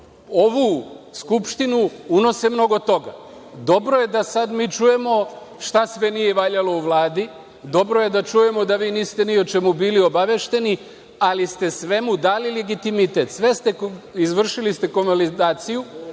ovu Skupštinu unose mnogo toga. Dobro je da sad mi čujemo šta sve nije valjalo u Vladi, dobro je da čujemo da vi niste ni o čemu bili obavešteni, ali ste svemu dali legitimitet. Izvršili ste konvalidaciju,